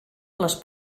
les